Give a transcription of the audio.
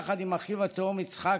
יחד עם אחיו התאום יצחק,